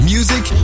Music